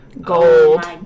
gold